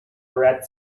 red